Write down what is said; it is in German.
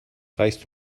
reichst